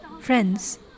friends